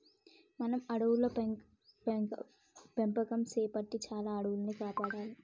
మనం అడవుల పెంపకం సేపట్టి చాలా అడవుల్ని కాపాడాలి